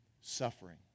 suffering